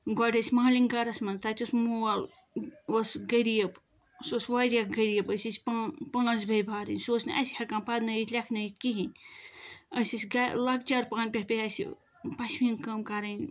گۄڈٕ ٲسۍ مالِنۍ گَرس منٛز تَتہِ اوس مول اوس غریٖب سُہ اوس واریاہ غریٖب أسۍ ٲسۍ پاں پانٛژھ بٲیبارٕنۍ سُہ اوس نہٕ اَسہِ ہیکٚان پرنٲوِتھ لٮ۪کھنٲوِتھ کِہیٖنۍ أسۍ ٲسۍ لۄکچار پانہٕ پٮ۪ٹھٕ پیٚیہِ اسہِ پشمیٖن کٲم کَرٕنۍ